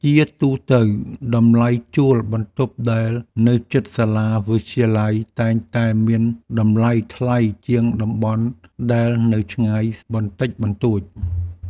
ជាទូទៅ តម្លៃជួលបន្ទប់ដែលនៅជិតសាកលវិទ្យាល័យតែងតែមានតម្លៃថ្លៃជាងតំបន់ដែលនៅឆ្ងាយបន្តិចបន្តួច។